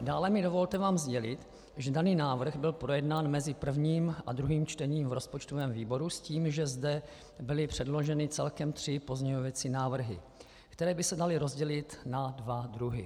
Dále mi dovolte vám sdělit, že daný návrh byl projednán mezi prvním a druhým čtením v rozpočtovém výboru s tím, že zde byly předloženy celkem tři pozměňovací návrhy, které by se daly rozdělit na dva druhy.